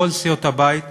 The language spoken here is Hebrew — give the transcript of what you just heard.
מכל סיעות הבית,